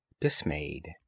dismayed